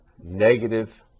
Negative